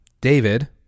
David